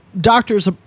doctor's